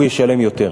הוא ישלם יותר.